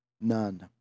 none